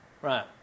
Right